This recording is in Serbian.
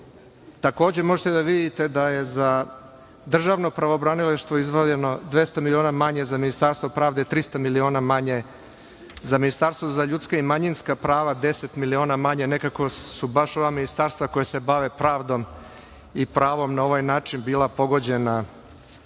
Takođe, možete da vidite da je za Državno pravobranilaštvo izdvojeno 200 miliona manje, za Ministarstvo pravde 300 miliona manje, za Ministarstvo za ljudska i manjinska prava 10 miliona manje. Nekako su baš ova ministarstva koja se bave pravdom i pravom na ovaj način bila pogođena.